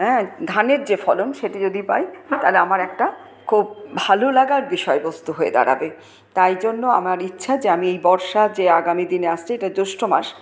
হ্যাঁ ধানের যে ফলন সেটি যদি পাই তাহলে আমার একটা খুব ভালো লাগার বিষয়বস্তু হয়ে দাঁড়াবে তাই জন্য আমার ইচ্ছা যে আমি এই বর্ষা যে আগামী দিনে আসছে এটা জ্যৈষ্ঠ মাস